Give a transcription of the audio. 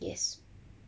yes